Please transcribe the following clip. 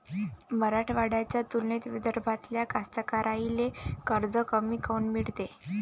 मराठवाड्याच्या तुलनेत विदर्भातल्या कास्तकाराइले कर्ज कमी काऊन मिळते?